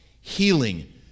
healing